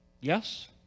Yes